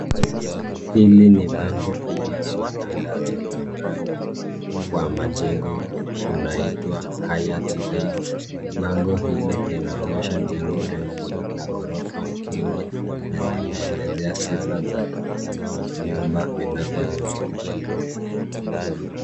Hili ni bango kubwa la matangazo la mradi wa majengo unaitwa Hayat Heights. Bango hili linaonyesha jengo refu la ghorofa nyingi na linaelezea sifa za vyumba vinavyouzwa.